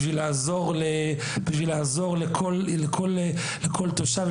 בשביל לעזור לכל תושב,